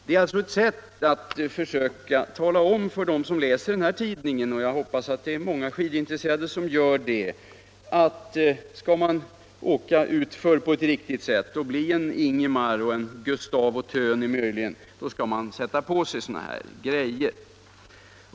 Det är alltså ett sätt att tala om för dem som läser den här tidningen — och jag hoppas att det är många skidintresserade som gör det — att skall man åka utför och bli en Ingemar eller en Gustavo Thöni så skall man ha sådana här grejor.